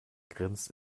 grinst